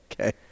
Okay